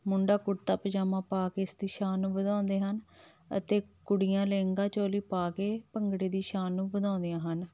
ਮੁੰਡਾ ਕੁੜਤਾ ਪਜਾਮਾ ਪਾ ਕੇ ਇਸ ਦੀ ਸ਼ਾਨ ਨੂੰ ਵਧਾਉਂਦੇ ਹਨ ਅਤੇ ਕੁੜੀਆਂ ਲਹਿੰਗਾਂ ਚੋਲੀ ਪਾ ਕੇ ਭੰਗੜੇ ਦੀ ਸ਼ਾਨ ਨੂੰ ਵਧਾਉਂਦੀਆਂ ਹਨ